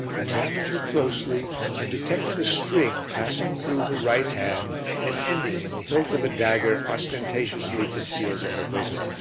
examined her closely and detected a string passing through her right hand and ending in the hilt of a dagger ostentatiously concealed in her bosom.